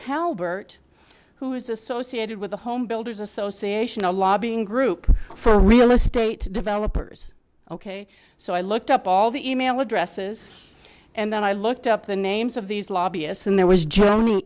retell bert who is associated with the home builders association a lobbying group for real estate developers ok so i looked up all the e mail addresses and then i looked up the names of these lobbyist and there was